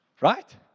Right